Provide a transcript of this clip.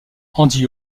andy